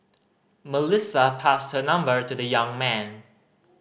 Melissa passed her number to the young man